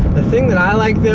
the thing that i like, though,